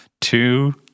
two